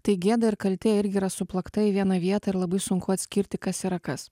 tai gėda ir kaltė irgi yra suplakta į vieną vietą ir labai sunku atskirti kas yra kas